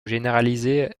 généralisée